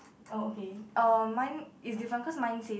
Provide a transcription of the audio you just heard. oh okay uh mine is different cause mine say